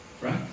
Right